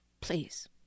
please